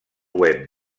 web